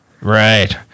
Right